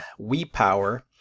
WePower